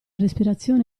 respirazione